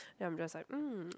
then I'm just like mm